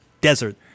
desert